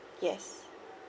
yes